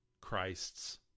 Christs